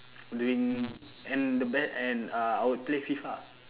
doing and the bet and uh I would play FIFA